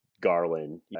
Garland